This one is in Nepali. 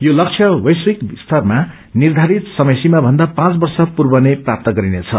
यो लस्य वैश्विक सतरमा निर्धारित समयसीमा भन्दा पाँच वर्ष पूर्वनै प्राप्त गरिनेछ